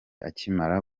akimara